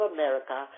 America